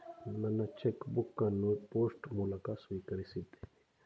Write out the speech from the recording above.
ನನ್ನ cheque book ಅನ್ನು post ಮೂಲಕ ಸ್ವೀಕರಿಸಿದ್ದೇನೆ